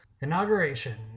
inauguration